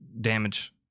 damage